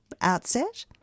outset